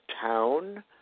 town